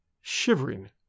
shivering